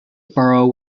borough